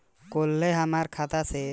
काल्हे हमार खाता से केतना पैसा निकलल बा?